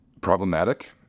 problematic